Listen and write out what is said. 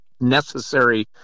necessary